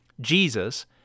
Jesus